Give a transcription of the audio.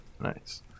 Nice